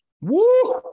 Woo